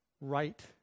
right